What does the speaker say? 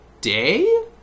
day